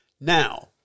Now